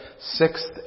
sixth